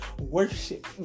worship